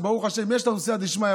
שברוך השם יש לנו,